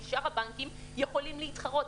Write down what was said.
כי שאר הבנקים יכולים להתחרות.